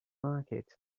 market